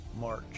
march